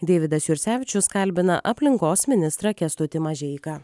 deividas jursevičius kalbina aplinkos ministrą kęstutį mažeiką